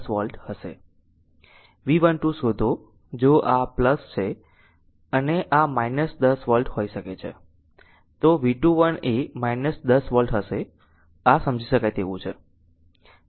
V12 શોધો જો આ છે અને આ 10 વોલ્ટ હોઈ શકે છે તો V21 એ 10 વોલ્ટ હશે આ સમજી શકાય તેવું છે